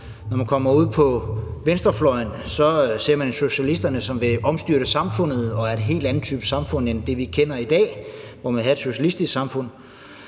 Når man kommer ud på venstrefløjen, ser man socialisterne, som vil omstyrte samfundet og have en helt anden type samfund end det, vi kender i dag; man vil have et socialistisk samfund.